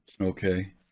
Okay